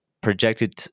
projected